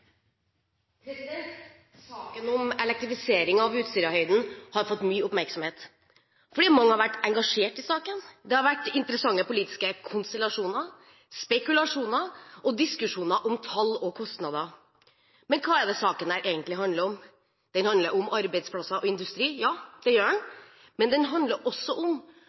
over. Saken om elektrifisering av Utsirahøyden har fått mye oppmerksomhet, fordi mange har vært engasjert i saken, det har vært interessante politiske konstellasjoner, spekulasjoner og diskusjoner om tall og kostnader. Men hva er det denne saken egentlig handler om? Den handler om arbeidsplasser og industri, ja, det gjør den, men den handler også om